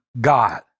God